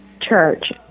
church